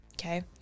okay